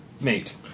mate